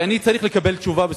כי אני צריך לקבל תשובה,